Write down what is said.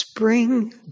Spring